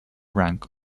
rank